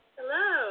Hello